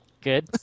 Good